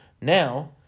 Now